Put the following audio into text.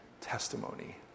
testimony